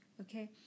Okay